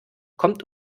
kommt